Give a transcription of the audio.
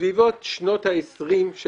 בסביבות שנות ה-20.